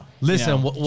Listen